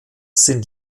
sind